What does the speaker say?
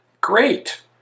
Great